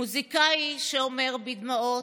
מוזיקאי שאומר בדמעות: